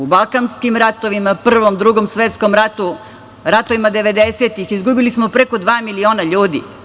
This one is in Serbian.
U balkanskim ratovima, Prvom, Drugom svetskom ratu, ratovima 90-ih, izgubili smo preko dva miliona ljudi.